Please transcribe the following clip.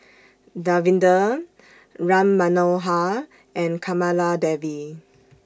Davinder Ram Manohar and Kamaladevi